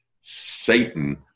Satan